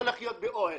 לא לחיות באוהל.